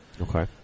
Okay